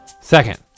Second